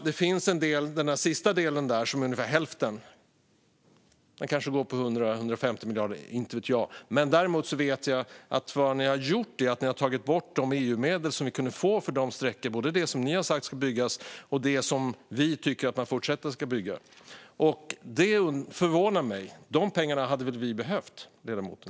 Den sista delen, som är ungefär hälften, kanske går på 100-150 miljarder, inte vet jag. Däremot vet jag att vad ni har gjort är att ta bort de EU-medel som vi hade kunnat få för dessa sträckor, både det som ni har sagt ska byggas och det som vi tycker att man i fortsättningen ska bygga. Det förvånar mig. De pengarna hade väl vi behövt, ledamoten?